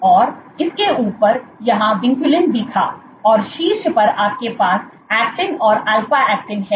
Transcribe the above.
और इसके ऊपर यहां विनक्यूलिन भी था और शीर्ष पर आपके पास ऐक्टिन और अल्फा ऐक्टिन है